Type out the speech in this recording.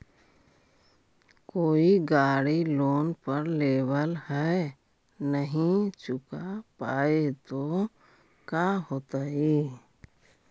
कोई गाड़ी लोन पर लेबल है नही चुका पाए तो का होतई?